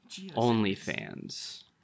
OnlyFans